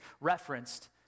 referenced